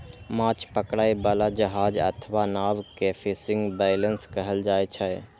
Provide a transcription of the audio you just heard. माछ पकड़ै बला जहाज अथवा नाव कें फिशिंग वैसेल्स कहल जाइ छै